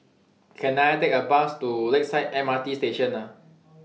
Can I Take A Bus to Lakeside M R T Station